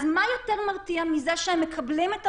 מה יותר מרתיע מזה שהם מקבלים את ההודעה,